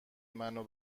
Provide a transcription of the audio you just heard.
منو